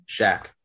Shaq